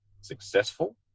successful